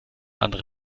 andere